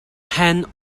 hand